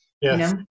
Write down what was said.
Yes